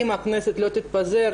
אם הכנסת לא תתפזר